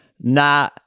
na